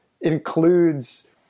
includes